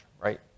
right